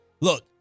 Look